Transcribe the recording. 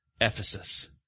Ephesus